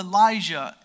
Elijah